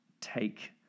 take